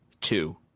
Two